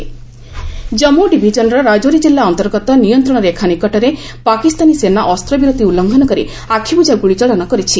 Pak ceasefire Jammu ଡିଭିଜନ୍ର ରାଜୌରୀ କିଲ୍ଲା ଅନ୍ତର୍ଗତ ନିୟନ୍ତ୍ରଣ ରେଖା ନିକଟରେ ପାକିସ୍ତାନୀ ସେନା ଅସ୍ତବିରତି ଉଲ୍ଲ୍ଘନ କରି ଆଖିବୁକ୍ତା ଗୁଳିଚାଳନା କରିଛି